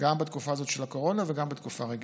גם בתקופה הזאת של הקורונה וגם בתקופה רגילה.